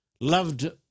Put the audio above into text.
Loved